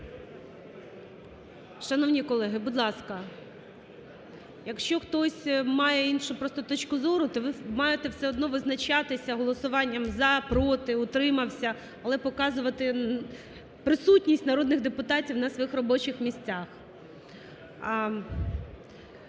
Шановні колеги, будь ласка, якщо хтось має іншу просто точку зору, то ви маєте все одно визначатися голосування "за", "проти", "утримався", але показувати присутність народних депутатів на своїх робочих місцях.